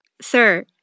sir